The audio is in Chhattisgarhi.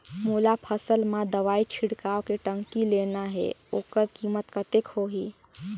मोला फसल मां दवाई छिड़काव के टंकी लेना हे ओकर कीमत कतेक होही?